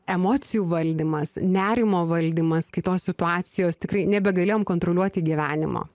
emocijų valdymas nerimo valdymas kai tos situacijos tikrai nebegalėjom kontroliuoti gyvenimo